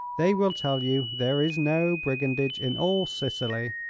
they will tell you there is no brigandage in all sicily.